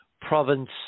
province